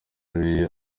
weah